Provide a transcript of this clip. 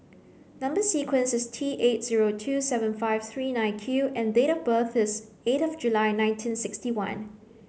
number sequence is T eight zero two seven five three nine Q and date of birth is eight of July nineteen sixty one